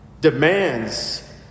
demands